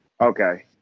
Okay